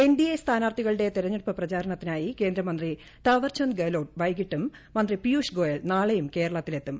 NDA സ്ഥാ നാർത്ഥികളുടെ തെരഞ്ഞെടുപ്പ് പ്രചാരണത്തിനായി കേന്ദ്രമന്ത്രി താ വർചന്ദ് ഗെഹ്ലോട്ട് വൈകിട്ടും മന്ത്രി പീയുഷ് ഗോയൽ നാളെയും കേരളത്തിൽ എത്തും